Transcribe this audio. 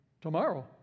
tomorrow